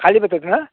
খালী পেটত ন